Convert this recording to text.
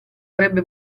avrebbe